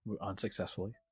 unsuccessfully